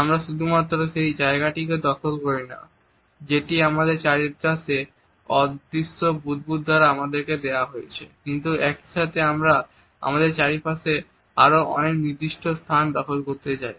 আমরা শুধুমাত্র সেই জায়গাটিকে দখল করি না যেটি আমাদের চারদিকে অদৃশ্য বুদবুদ দ্বারা আমাদেরকে দেওয়া হয়েছে কিন্তু একইসাথে আমরা আমাদের চারদিকে আরো একটি নির্দিষ্ট স্থান দখল করতে চাই